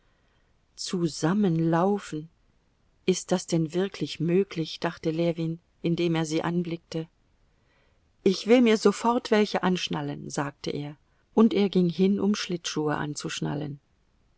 zusammen laufen ist das denn wirklich möglich dachte ljewin indem er sie anblickte ich will mir sofort welche anschnallen sagte er und er ging hin um schlittschuhe anzuschnallen